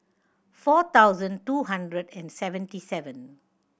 four thousand two hundred and seventy seven